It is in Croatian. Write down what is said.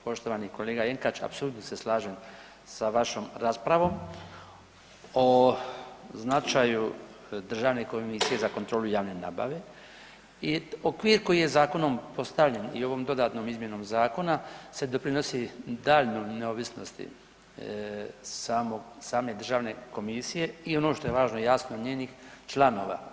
Poštovani kolega Jenkač apsolutno se slažem sa vašom raspravom o značaju Državne komisije za kontrolu javne nabave i okvir koji je zakonom postavljen i ovom dodatnom izmjenom zakona se doprinosi daljnjoj neovisnosti same državne komisije i ono što je važno, jasno njenih članova.